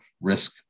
risk